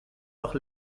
noch